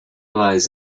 lies